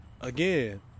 again